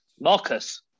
Marcus